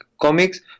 comics